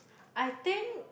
I think